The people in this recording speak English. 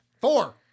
Four